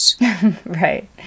right